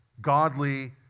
godly